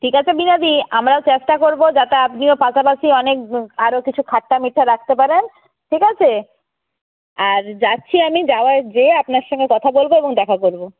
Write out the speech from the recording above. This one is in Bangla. ঠিক আছে বীণাদি আমরাও চেষ্টা করব যাতে আপনিও পাশাপাশি অনেক আরও কিছু খাট্টা মিঠা রাখতে পারেন ঠিক আছে আর যাচ্ছি আমি যাওয়ার যেয়ে আপনার সঙ্গে কথা বলব এবং দেখা করব